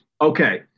Okay